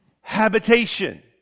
habitation